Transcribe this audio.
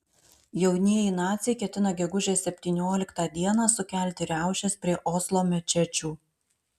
jaunieji naciai ketina gegužės septynioliktą dieną sukelti riaušes prie oslo mečečių